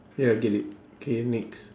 ya I get it K next